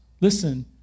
listen